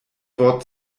wort